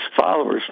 followers